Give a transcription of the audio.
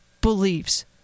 believes